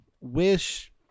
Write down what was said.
wish